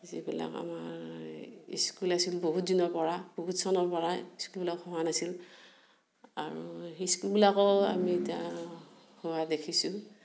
যিবিলাক আমাৰ স্কুল আছিল বহুত দিনৰপৰা বহুত চনৰপৰাই স্কুলবিলাক হোৱা নাছিল আৰু সেই স্কুলবিলাকো আমি এতিয়া হোৱা দেখিছোঁ